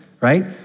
right